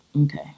okay